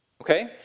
Okay